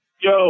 Yo